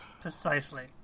Precisely